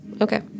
Okay